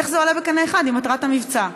איך זה עולה בקנה אחד עם מטרת המבצע?